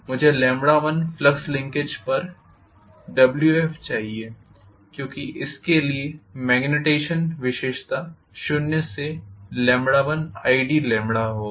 मुझे 1 flux linkage पर wf चाहिए क्योंकि इसके लिए मेग्नेटाईज़ेशन विशेषता शून्य से 1id होगी